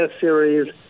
series